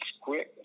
quick